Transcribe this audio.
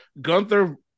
Gunther